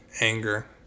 anger